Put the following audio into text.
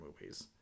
movies